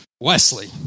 Wesley